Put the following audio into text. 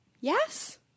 Yes